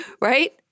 right